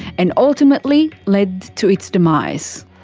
and ultimately led to its demise.